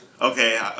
Okay